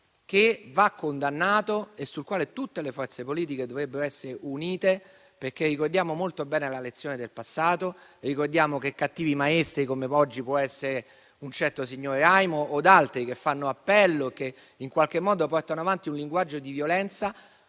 che va condannato e sul quale tutte le forze politiche dovrebbero essere unite, perché ricordiamo molto bene la lezione del passato e ricordiamo che i cattivi maestri, come oggi può essere un certo signor Raimo o altri, che fanno appello e che in qualche modo portano avanti un linguaggio di violenza,